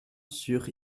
sur